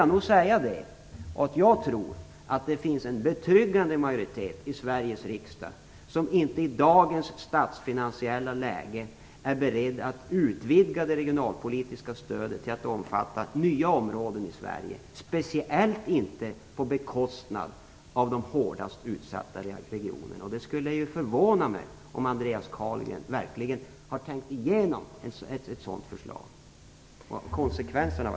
Jag tror att det i Sveriges riksdag finns en betryggande majoritet som i dagens statsfinansiella läge inte är beredd att utvidga det regionalpolitiska stödet till att omfatta nya områden i Sverige, speciellt inte på bekostnad av de hårdast utsatta regionerna. Det skulle förvåna mig om Andreas Carlgren verkligen har tänkt igenom ett sådant förslag och dess konsekvenser.